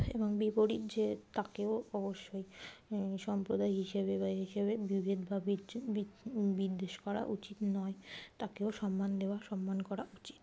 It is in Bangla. এবং বিপরীত যে তাকেও অবশ্যই সম্প্রদায় হিসেবে বা হিসেবে বিভেদ বা বিদ্বেষ করা উচিত নয় তাকেও সম্মান দেওয়া সম্মান করা উচিত